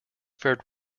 fared